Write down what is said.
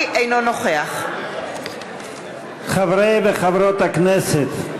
אינו נוכח חברי וחברות הכנסת,